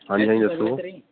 ਹਾਂਜੀ ਹਾਂਜੀ ਦੱਸੋ